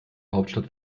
hauptstadt